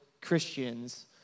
Christians